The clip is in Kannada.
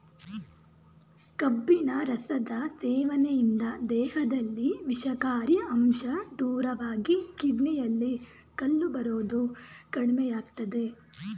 ಕಬ್ಬಿನ ರಸದ ಸೇವನೆಯಿಂದ ದೇಹದಲ್ಲಿ ವಿಷಕಾರಿ ಅಂಶ ದೂರವಾಗಿ ಕಿಡ್ನಿಯಲ್ಲಿ ಕಲ್ಲು ಬರೋದು ಕಡಿಮೆಯಾಗ್ತದೆ